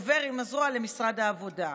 עובר עם הזרוע למשרד העבודה,